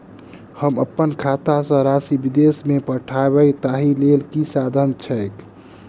हम अप्पन खाता सँ राशि विदेश मे पठवै ताहि लेल की साधन छैक?